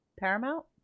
Paramount